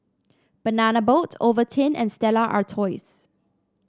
Banana Boat Ovaltine and Stella Artois